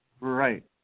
right